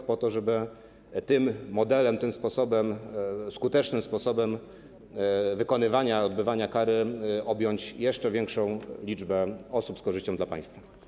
Chodzi o to, żeby tym modelem, tym skutecznym sposobem wykonywania, odbywania kary objąć jeszcze większą liczbę osób z korzyścią dla państwa.